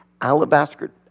alabaster